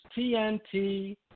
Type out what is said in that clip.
TNT